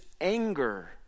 anger